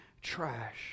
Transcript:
trash